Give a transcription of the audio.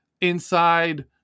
inside